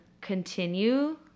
continue